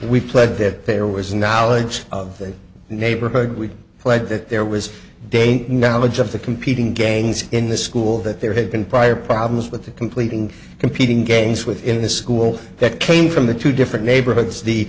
pled that there was knowledge of the neighborhood we played that there was danger knowledge of the competing gains in the school that there had been prior problems with the completing competing games within the school that came from the two different neighborhoods the